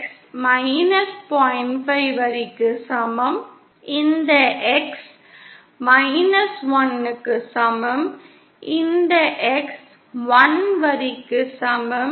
5 வரிக்கு சமம் இந்த X 1 க்கு சமம் இந்த X 1 வரிக்கு சமம்